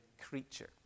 creature